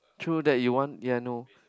through that you want yea I know